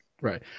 Right